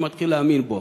הוא מתחיל להאמין בו.